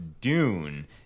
Dune